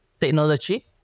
technology